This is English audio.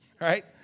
right